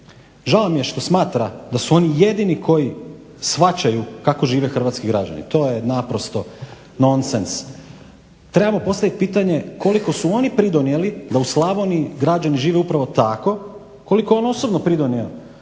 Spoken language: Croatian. Žao mi je što smatra da su oni jedini koji shvaćaju kako žive hrvatski građani. To je naprosto nonsens. Trebamo postaviti pitanje koliko su oni pridonijeli da u Slavoniji građani žive upravo tako, koliko je on osobno pridonio